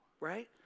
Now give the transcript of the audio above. right